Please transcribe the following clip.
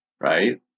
right